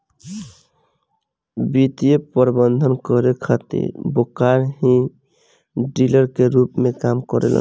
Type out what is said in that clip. वित्तीय प्रबंधन करे खातिर ब्रोकर ही डीलर के रूप में काम करेलन